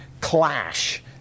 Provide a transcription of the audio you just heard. clash